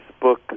book